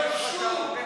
תתביישו.